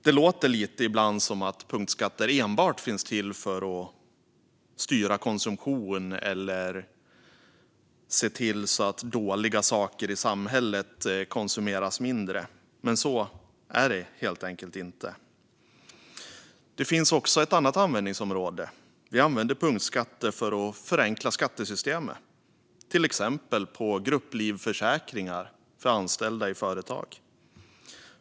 Det låter lite ibland som att punktskatter enbart finns till för att styra konsumtion eller se till att dåliga saker i samhället konsumeras mindre. Men så är det helt enkelt inte. Det finns också ett annat användningsområde. Vi använder punktskatter för att förenkla skattesystemet. Detta gäller till exempel grupplivförsäkringar för anställda i företag.